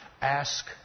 Ask